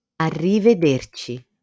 Arrivederci